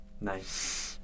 Nice